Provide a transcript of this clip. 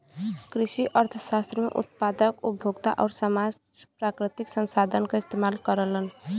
कृषि अर्थशास्त्र में उत्पादक, उपभोक्ता आउर समाज प्राकृतिक संसाधन क इस्तेमाल करलन